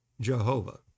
Jehovah